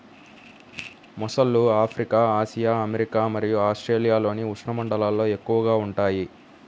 మొసళ్ళు Africa, Asia, America మరియు ఆస్ట్రేలియాలోని ఉష్ణమండలాల్లో ఎక్కువగా ఉంటాయి